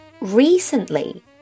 recently